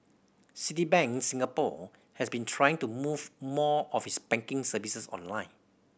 Citibank Singapore has been trying to move more of its banking services online